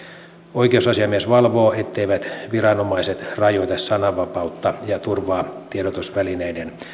oikeusasiamies valvoo etteivät viranomaiset rajoita sananvapautta ja turvaa tiedotusvälineiden